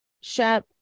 Shep